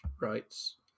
rights